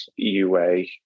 eua